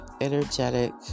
energetic